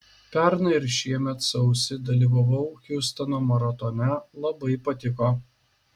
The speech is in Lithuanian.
pernai ir šiemet sausį dalyvavau hiūstono maratone labai patiko